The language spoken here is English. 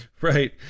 Right